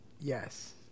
Yes